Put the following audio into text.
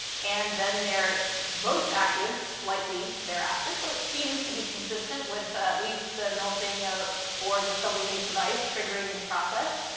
and then they're most active slightly thereafter so it seems to be consistent with at ah least the melting of or the sublimation of ice triggering the process.